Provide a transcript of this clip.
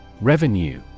Revenue